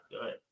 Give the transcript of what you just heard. good